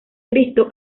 cristo